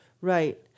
Right